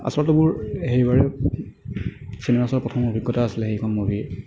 আচলতে মোৰ সেইবাৰে চিনেমা চোৱাৰ প্ৰথম অভিজ্ঞতা আছিলে সেইখন মুভিৰ